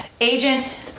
Agent